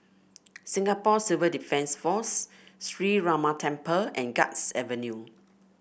Singapore Civil Defence Force Sree Ramar Temple and Guards Avenue